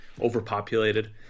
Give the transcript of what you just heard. overpopulated